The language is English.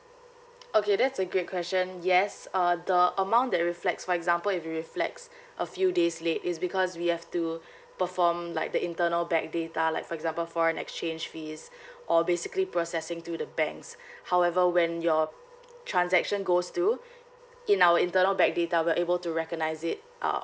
okay that's a great question yes uh the amount that reflects for example if it reflects a few days late is because we have to perform like the internal back data like for example foreign exchange fees or basically processing through the banks however when your transaction goes through in our internal back data we're able to recognise it uh